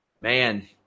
Man